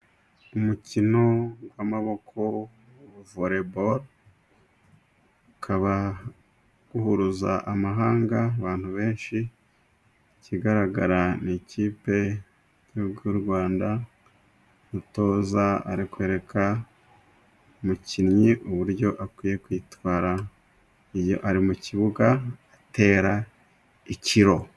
Umukino w'amaboko volebolo ,ukaba uhuruza amahanga abantu benshi. Ikigaragara ni ikipe y'u Rwanda, umutoza ari kwereka umukinnyi uburyo akwiye kwitwara, iyo ari mu kibuga atera ikilo.